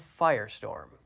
firestorm